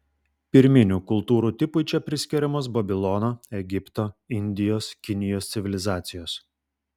pirminių kultūrų tipui čia priskiriamos babilono egipto indijos kinijos civilizacijos